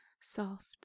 soft